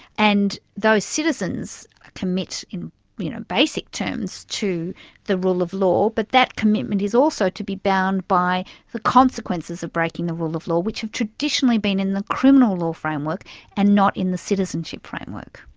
and those citizens commit in you know basic terms to the rule of law, but that commitment is also to be bound by the consequences of breaking the rule of law, which have traditionally been in the criminal law framework and not in the citizenship framework.